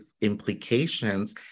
implications